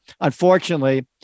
unfortunately